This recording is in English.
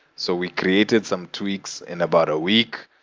so we created some tweaks in about a week,